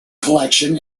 collection